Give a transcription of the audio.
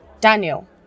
Daniel